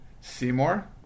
Seymour